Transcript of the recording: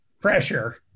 pressure